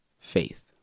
Faith